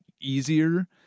easier